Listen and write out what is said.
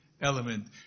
element